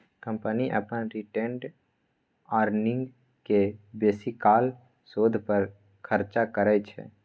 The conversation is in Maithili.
कंपनी अपन रिटेंड अर्निंग केँ बेसीकाल शोध पर खरचा करय छै